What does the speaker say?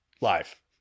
live